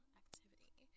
activity